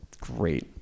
great